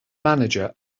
manager